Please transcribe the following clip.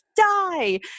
die